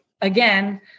again